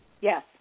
Yes